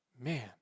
Man